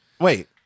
Wait